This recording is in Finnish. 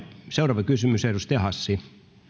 seuraava kysymys edustaja hassi